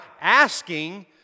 asking